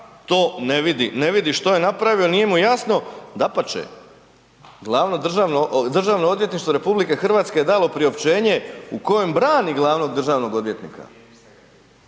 to ne vidi, ne vidi što je napravio, nije mu jasno. Dapače, DORH je dalo priopćenje u kojem brani glavnog državnog odvjetnika.